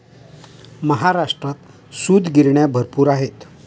महाराष्ट्रात सूतगिरण्या भरपूर आहेत